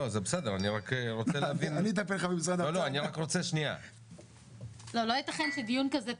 לא ייתכן שדיון כזה,